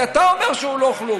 כי אתה אומר שהוא לא כלום.